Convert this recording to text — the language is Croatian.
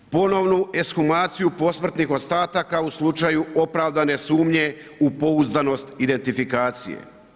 Ponovnu ekshumaciju posmrtnih ostataka u slučaju opravdane sumnje u pouzdanost identifikacije.